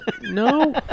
no